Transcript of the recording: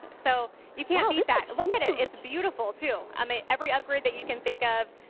so you can'tbeat that. look at it. it's beautiful, too i mean every upgrade that you can think of